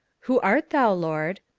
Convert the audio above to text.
who art thou, lord?